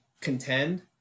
contend